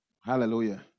Hallelujah